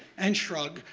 and shrug,